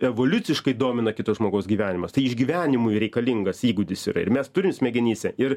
evoliuciškai domina kito žmogaus gyvenimas tai išgyvenimui reikalingas įgūdis yra ir mes smegenyse ir